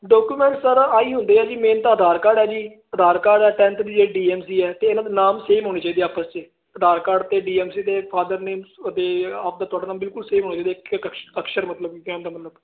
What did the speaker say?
document ਸਾਰਾ ਆਈ ਹੁੰਦੇ ਆ ਜੀ ਮੇਨ ਤਾਂ ਆਧਾਰ ਕਾਰਡ ਆ ਜੀ ਆਧਾਰ ਕਾਰਡ ਐ ਟੈਥ ਦੀ ਜਿਹੜੀ ਡੀ ਐਮ ਸੀ ਐ ਤੇ ਇਹਨਾਂ ਦੇ ਨਾਮ ਸੇਮ ਹੋਣੀ ਚਾਹੀਦੀ ਆਪਸ ਚ ਆਧਾਰ ਕਾਰਡ ਤੇ ਡੀ ਐਮ ਸੀ ਦੇ ਫਾਦਰ ਨੇ ਤੇ ਆਪਦਾ ਤੁਹਾਡਾ ਨਾਮ ਬਿਲਕੁਲ ਸੇਮ ਹੋਣ ਇੱਕ ਇਕ ਅਕਸ਼ਰ ਮਤਲਬ ਕਹਿਣ ਦਾ ਮਤਲਬ